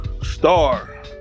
star